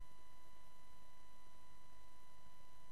וכחלק